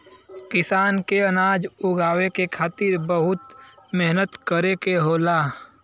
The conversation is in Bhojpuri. किसान के अनाज उगावे के खातिर बहुत मेहनत करे के होला